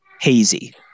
hazy